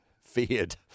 feared